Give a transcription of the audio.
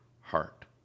heart